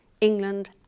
England